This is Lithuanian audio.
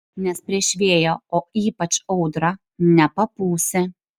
nes prieš vėją o ypač audrą nepapūsi